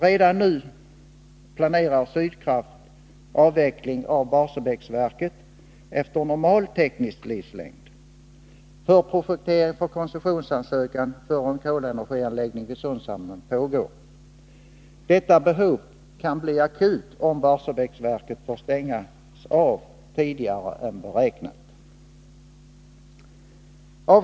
Redan nu planerar Sydkraft en avveckling av Barsebäcksverket, efter normal teknisk livslängd. Förprojektering avseende koncessionsansökan för en kolenergianläggning vid Sundshamnen pågår. Detta behov kan bli akut, om Barsebäcksverket måste stängas av tidigare än beräknat.